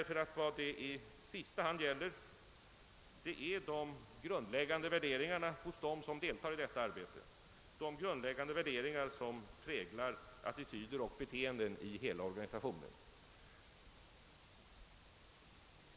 Vad det i sista hand gäller är nämligen de grundläggande värderingarna hos dem som deltar i detta arbete, de värderingar som präglar attityder och beteenden i hela organisationen.